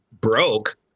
broke